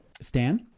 Stan